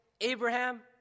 Abraham